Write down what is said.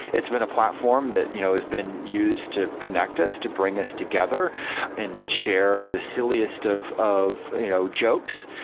it's been a platform that you know has been used to connect us, to bring us together and share the silliest of of you know jokes.